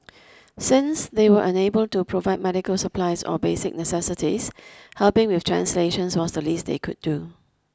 since they were unable to provide medical supplies or basic necessities helping with translations was the least they could do